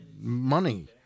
money